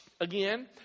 again